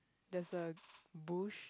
there's a bush